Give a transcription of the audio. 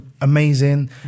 amazing